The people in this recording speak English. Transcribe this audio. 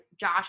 josh